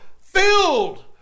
filled